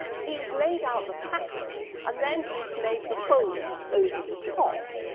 he's laid out the pattern and then he's made the folds over the top,